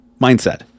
mindset